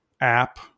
app